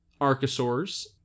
archosaurs